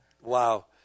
wow